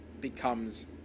becomes